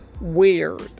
weird